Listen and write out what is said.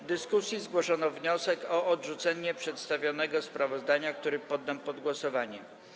W dyskusji zgłoszono wniosek o odrzucenie przedstawionego sprawozdania, który poddam pod głosowanie.